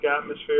atmosphere